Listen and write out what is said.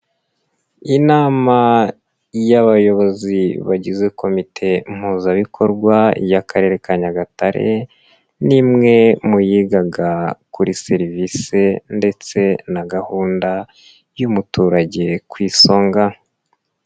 Inama y'abayobozi bagize komite mpuzabikorwa y'Akarere ka Nyagatare, ni imwe mu yigaga kuri serivise ndetse na gahunda y'umuturage ku isonga.